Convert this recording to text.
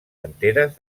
enteres